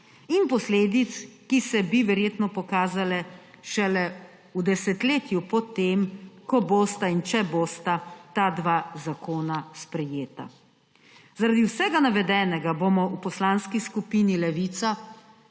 in posledic, ki bi se verjetno pokazale šele v desetletju po tem, ko bosta in če bosta ta dva zakona sprejeta. Zaradi vsega navedenega bomo v Poslanski skupini Levica,